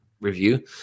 review